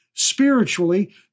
Spiritually